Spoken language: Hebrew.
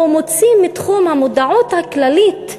הוא מוציא מתחום המודעות הכללית,